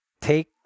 take